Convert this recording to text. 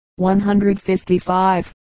155